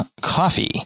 Coffee